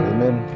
Amen